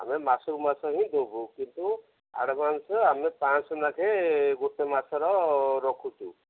ଆମେ ମାସକୁ ମାସ ହିଁ ଦେବୁ କିନ୍ତୁ ଆଡ଼ଭାନ୍ସ ଆମେ ପାଞ୍ଚଶହ ଲେଖାଏଁ ଗୋଟେ ମାସର ରଖୁଛୁ